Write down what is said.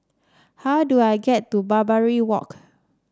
how do I get to Barbary Walk